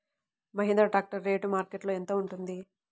Mahindra tractor rate మార్కెట్లో యెంత ఉంటుంది?